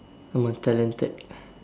I'm a talented